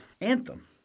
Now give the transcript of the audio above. anthem